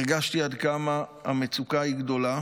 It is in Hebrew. הרגשתי עד כמה המצוקה היא גדולה